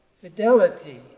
fidelity